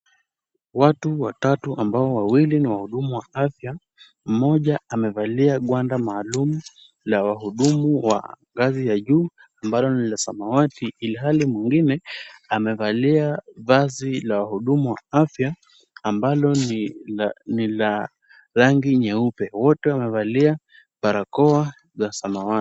Watu watatu ambao wawili ni wahudumu wa afya. Mmoja amevalia gwanda maalum la wahudumu wa ngazi ya juu ambalo ni la samawati ilhali mwingine amevalia vazi la wahudumu wa afya ambalo ni la rangi nyeupe. Wote wamevalia barakoa za samawati.